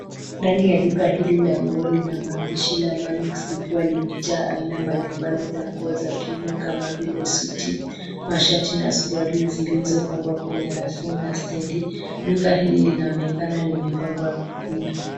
Ndani ya duka hili la nguo lina maandishi la Manix, likiwa limejaa aina mbalimbali za nguo za kiume kama vile suti, mashati na suruali zilizopangwa kwenye rafu na stendi. Duka hili linaonekana limepangwa vizuri.